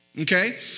Okay